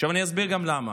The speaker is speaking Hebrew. אני אסביר גם למה.